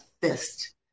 fist